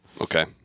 Okay